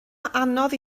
anodd